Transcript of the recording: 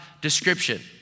description